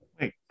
Wait